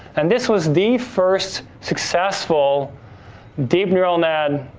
and this was the first successful deep neural net